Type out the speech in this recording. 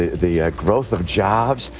the growth of jobs,